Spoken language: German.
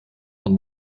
von